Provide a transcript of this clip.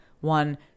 one